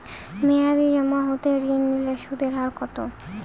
মেয়াদী জমা হতে ঋণ নিলে সুদের হার কত?